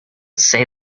say